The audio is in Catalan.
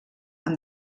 amb